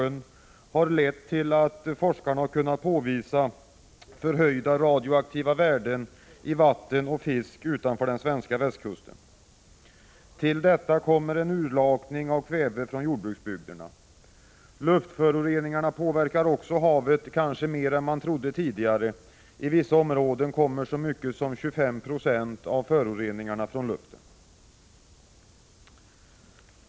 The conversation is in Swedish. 1985/86:140 sjön har lett till att forskarna kunnat påvisa förhöjda radioaktiva värden i 14 maj 1986 vatten och fisk utanför den svenska västkusten. Till detta kommer urlakning av kväve från jordbruksbygderna. Luftföroreningarna påverkar också havet mer än man trodde tidigare. I vissa områden kommer så mycket som 25 96 av föroreningarna från luften.